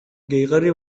gehigarri